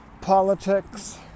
politics